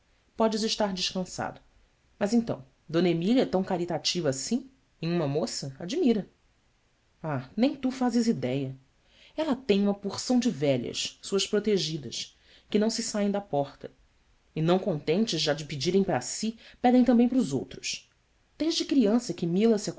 podes estar descansado mas então d emília é tão caritativa assim em uma moça admira h nem tu fazes idéia ela tem uma porção de velhas suas protegidas que não se saem da porta e não contentes já de pedirem para si pedem também para os outros desde criança que mila se